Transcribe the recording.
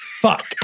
Fuck